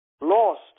lost